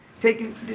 Taking